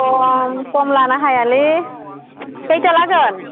अ खम लानो हायालै खैथा लागोन